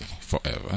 forever